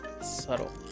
Subtle